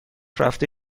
رفته